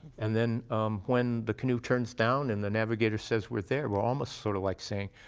and then when the canoe turns down and the navigator says, we're there, we're almost sort of like saying,